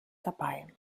dabei